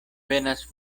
venas